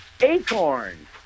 Acorn